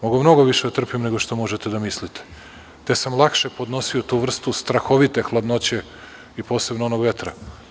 Mogu mnogo više da trpim nego što možete da mislite, te sam lakše podnosio tu vrstu strahovite hladnoće i posebno onog vetra.